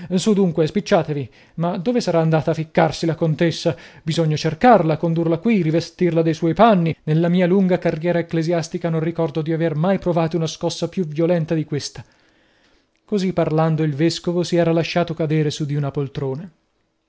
su dunque spicciatevi ma dove sarà andata a ficcarsi la contessa bisogna cercarla condurla qui rivestirla dei suoi panni nella mia lunga carriera ecclesiastica non ricordo di aver mai provata una scossa più violenta di questa così parlando il vescovo si era lasciato cadere su di una poltrona